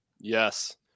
Yes